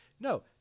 No